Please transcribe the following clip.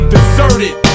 Deserted